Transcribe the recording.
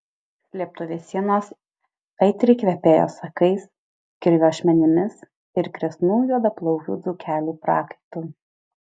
slėptuvės sienos aitriai kvepėjo sakais kirvio ašmenimis ir kresnų juodaplaukių dzūkelių prakaitu